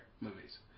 movies